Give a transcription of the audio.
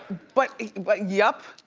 but but yup,